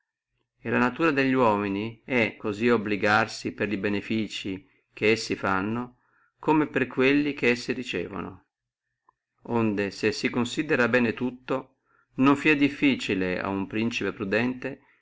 e la natura delli uomini è cosí obbligarsi per li benefizii che si fanno come per quelli che si ricevano onde se si considerrà bene tutto non fia difficile a uno principe prudente